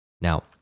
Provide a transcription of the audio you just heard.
Now